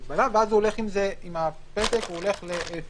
ואז הוא הולך עם זה, עם הפתק, הוא הולך ל...